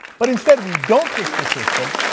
but instead we don't fix the system,